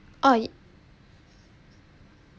oh